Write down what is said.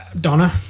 Donna